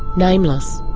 nameless.